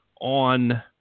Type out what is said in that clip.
on